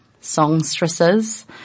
songstresses